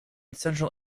central